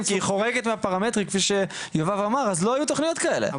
כי היא חורגת מהפרמטרים כפי שיובב אמר אז לא היו תוכניות כאלה,